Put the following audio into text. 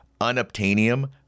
unobtainium